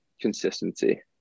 consistency